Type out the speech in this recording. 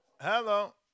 Hello